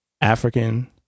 African